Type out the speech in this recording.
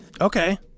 Okay